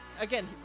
again